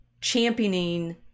championing